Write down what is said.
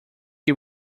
que